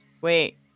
wait